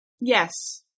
Yes